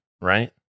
right